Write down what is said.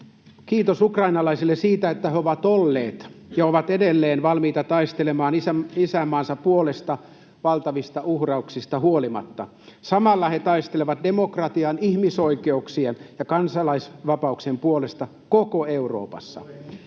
Kiitos ukrainalaisille siitä, että he ovat olleet ja ovat edelleen valmiita taistelemaan isänmaansa puolesta valtavista uhrauksista huolimatta. Samalla he taistelevat demokratian, ihmisoikeuksien ja kansalaisvapauksien puolesta koko Euroopassa.